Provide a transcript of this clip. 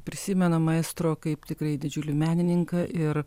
prisimenam maestro kaip tikrai didžiulį menininką ir